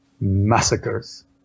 massacres